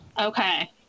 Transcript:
okay